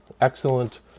excellent